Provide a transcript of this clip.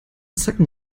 zacken